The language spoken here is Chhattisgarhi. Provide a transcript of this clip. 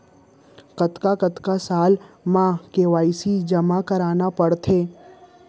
कतका कतका साल म के के.वाई.सी जेमा करना पड़थे?